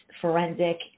forensic